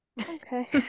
Okay